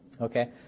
Okay